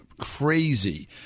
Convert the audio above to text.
crazy